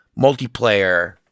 multiplayer